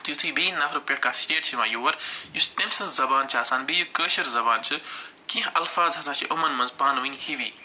تٮُ۪تھ یی بیٚیہِ نفرٕ پٮ۪ٹھ کانٛہہ سِٹیٹ چھِ یِوان یور یُس تٔمۍ سٕنٛز زبان چھِ آسان بیٚیہِ کٲشِر زبان چھِ کیٚنٛہہ الفاظ ہَسا چھِ یِمن منٛز پانوٲنۍ ہِوی